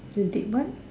you did what